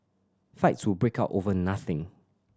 fights would break out over nothing